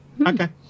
Okay